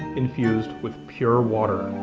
infused with pure water.